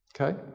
Okay